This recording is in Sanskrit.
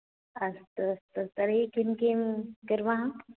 अस्तु अस्तु तर्हि किं किं कुर्मः